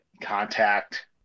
contact